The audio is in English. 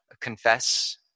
confess